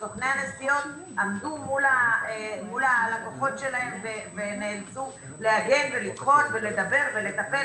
כשסוכני הנסיעות עמדו מול הלקוחות שלהם ונאלצו להגן ולדחות ולדבר ולטפל,